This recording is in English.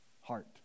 heart